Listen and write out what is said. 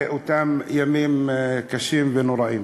לאותם ימים קשים ונוראים.